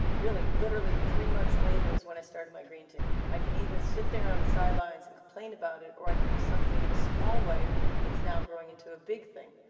really, literally, three months later is when i started my green team. i can either sit there on the sidelines and complain about it, or i can do something in a small way that's now growing into a big thing.